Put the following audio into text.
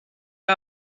que